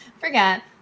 forget